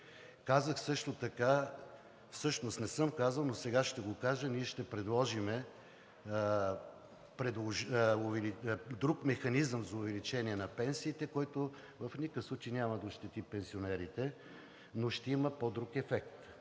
Казах също така, всъщност не съм го казал, но сега ще го кажа – ние ще предложим друг механизъм за увеличение на пенсиите, който в никакъв случай няма да ощети пенсионерите, но ще има по-друг ефект